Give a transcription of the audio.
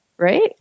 right